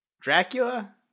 Dracula